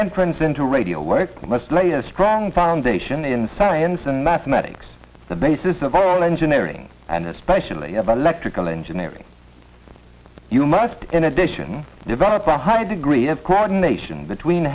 entrance into radio must lay a strong foundation in science and mathematics the basis of all engineering and especially about electrical engineering you must in addition develop a high degree of coordination between